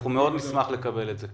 אנחנו מאוד נשמח לקבל את זה.